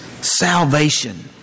Salvation